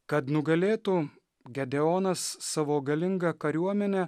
kad nugalėtų gedeonas savo galingą kariuomenę